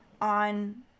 on